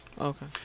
Okay